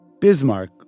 Bismarck